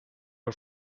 her